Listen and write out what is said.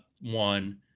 one